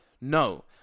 No